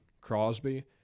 Crosby